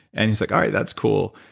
and he's like, all right, that's cool.